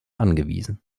angewiesen